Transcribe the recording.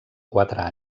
quatre